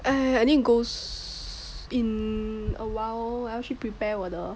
!aiya! I need to go soo~ in a while 我要去 prepare 我的